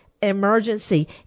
emergency